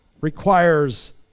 requires